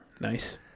Nice